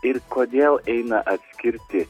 ir kodėl eina atskirti